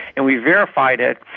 and we verified it.